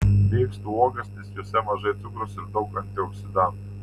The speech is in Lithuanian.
mėgstu uogas nes jose mažai cukraus ir daug antioksidantų